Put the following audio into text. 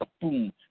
Boom